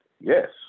yes